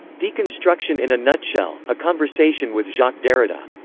deconstruction in a nutshell a conversation with jacques derrida.